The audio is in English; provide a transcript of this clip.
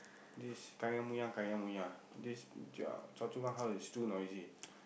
this this Choa~ Choa Chu Kang is too noisy